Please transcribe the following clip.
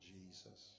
Jesus